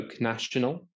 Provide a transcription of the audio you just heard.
National